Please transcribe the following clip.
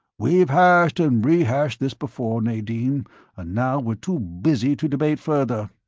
we've hashed and rehashed this before, nadine and now we're too busy to debate further.